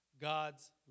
God's